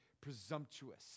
presumptuous